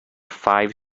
five